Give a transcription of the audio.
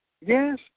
Yes